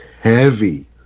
heavy